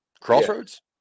Crossroads